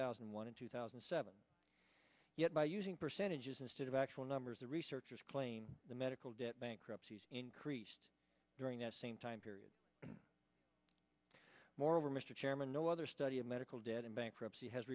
thousand and one in two thousand and seven yet by using percentages instead of actual numbers the researchers plane the medical debt bankruptcies increased during that same time period moreover mr chairman no other study of medical debt in bankruptcy has